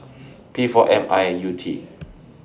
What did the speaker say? P four M I U T